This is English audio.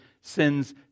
sin's